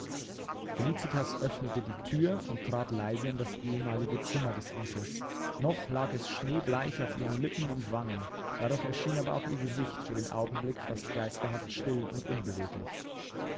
felicitas öffnete die thür und trat leise in das ehemalige zimmer des onkels noch lag es schneebleich auf ihren lippen und wangen dadurch erschien aber auch ihr gesicht für den augenblick fast geisterhaft still und unbeweglich